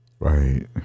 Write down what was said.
Right